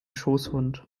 schoßhund